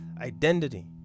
identity